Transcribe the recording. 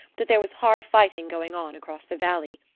that there was hard fighting going on across the valley.